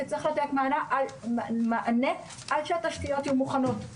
שצריך לתת מענה עד שהתשתיות יהיו מוכנות.